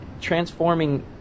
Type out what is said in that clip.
transforming